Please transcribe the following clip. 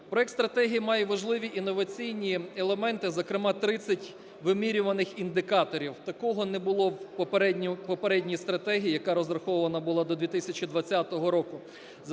Проект стратегії має важливі інноваційні елементи, зокрема, 30 вимірюваних індикаторів. Такого не було в попередній стратегії, яка розрахована була до 2020 року,